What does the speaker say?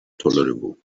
tolerable